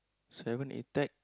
seven A tech